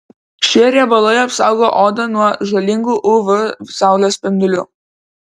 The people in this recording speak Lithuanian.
šie riebalai apsaugo odą nuo žalingų uv saulės spindulių